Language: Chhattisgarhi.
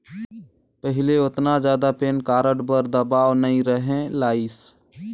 पहिले ओतना जादा पेन कारड बर दबाओ नइ रहें लाइस